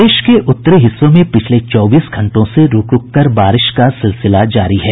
प्रदेश के उत्तरी हिस्सों में पिछले चौबीस घंटों से रूक रूककर बारिश का सिलसिला जारी है